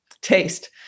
taste